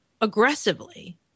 aggressively